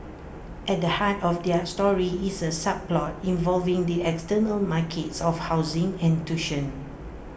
at the heart of their story is A subplot involving the external markets of housing and tuition